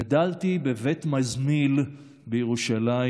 גדלתי בבית מזמיל בירושלים,